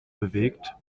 bewegt